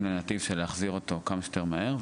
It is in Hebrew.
לנתיב של להחזיר אותו כמה שיותר מהר,